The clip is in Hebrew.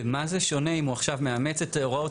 במה זה שונה אם הוא עכשיו מאמץ את הוראות